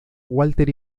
walter